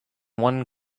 one